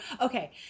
Okay